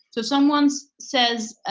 so someone says